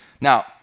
Now